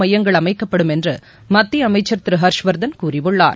மையங்கள் அமைக்கப்படும் என்று மத்திய அமைச்சர் திரு ஹர்ஷ்வர்தன் கூறியுள்ளார்